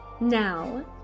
Now